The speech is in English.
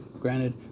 Granted